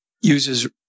uses